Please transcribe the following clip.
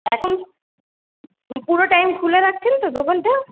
এখন পুরো টাইম খুলে রাখছেন তো দোকানটা